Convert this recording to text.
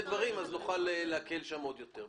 דברים כאלה אז נוכל להקל שם עוד יותר.